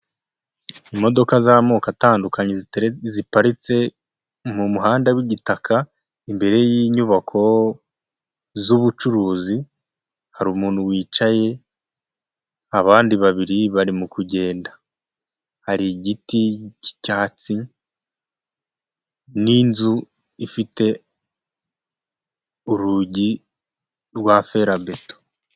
Imodoka z'amoko atandukanye ziparitse mu muhanda w'igitaka, imbere y'inyubako z'ubucuruzi hari umuntu wicaye, abandi babiri barimo kugenda, hari igiti cy'icyatsi n'inzu ifite urugi rwa ferabeto.